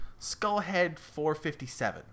Skullhead457